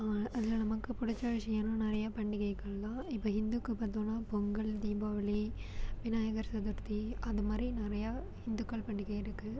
அதில் நமக்கு பிடிச்ச விஷயம்லாம் நிறைய பண்டிகைகள் தான் இப்போ ஹிந்துக்கு பார்த்தோன்னா பொங்கல் தீபாவளி விநாயகர் சதூர்த்தி அது மாதிரி நிறையா ஹிந்துக்கள் பண்டிகை இருக்குது